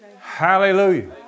Hallelujah